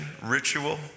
ritual